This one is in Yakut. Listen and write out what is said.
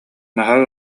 наһаа